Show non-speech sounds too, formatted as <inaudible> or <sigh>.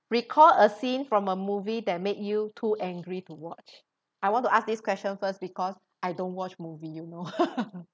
recall a scene from a movie that made you too angry to watch I want to ask this question first because I don't watch movie you know <laughs>